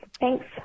Thanks